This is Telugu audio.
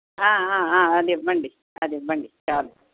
అది ఇవ్వండి అది ఇవ్వండి చాలు